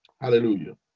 hallelujah